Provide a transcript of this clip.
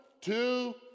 two